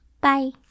Bye